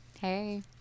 Hey